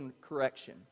correction